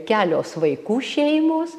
kelios vaikų šeimos